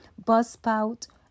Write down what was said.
Buzzpout